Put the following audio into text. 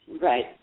Right